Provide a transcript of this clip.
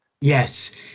Yes